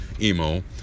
emo